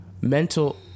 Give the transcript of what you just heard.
mental